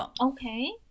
Okay